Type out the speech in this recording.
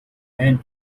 and